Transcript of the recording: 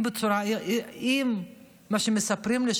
אם מה שמספרים לי,